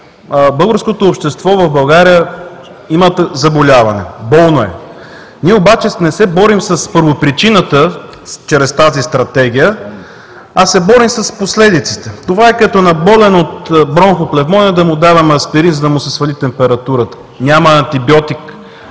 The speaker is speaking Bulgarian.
Българското общество в България има заболяване, болно е. Ние обаче не се борим с първопричината чрез тази Стратегия, а се борим с последиците. Това е като на болен от бронхопневмония да му даваме аспирин, за да му се свали температурата. Няма антибиотик,